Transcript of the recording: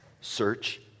search